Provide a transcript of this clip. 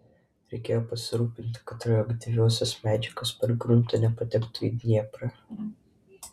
reikėjo pasirūpinti kad radioaktyviosios medžiagos per gruntą nepatektų į dnieprą